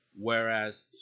Whereas